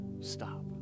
stop